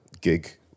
gig